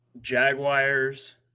Jaguars